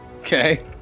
Okay